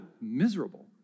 miserable